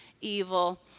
evil